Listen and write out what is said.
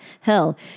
Hell